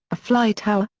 a fly tower,